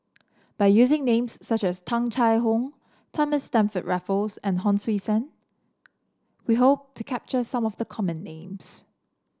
by using names such as Tung Chye Hong Thomas Stamford Raffles and Hon Sui Sen we hope to capture some of the common names